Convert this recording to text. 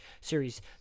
Series